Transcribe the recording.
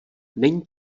není